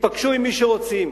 שייפגשו עם מי שרוצים,